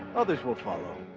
others will follow.